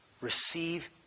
receive